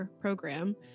program